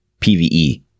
pve